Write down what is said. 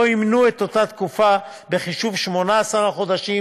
לא ימנו את אותה תקופה בחישוב 18 החודשים